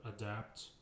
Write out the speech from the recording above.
adapt